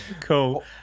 Cool